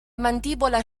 mandibola